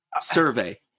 survey